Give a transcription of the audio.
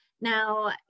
Now